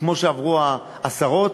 כמו שעברו עשרות,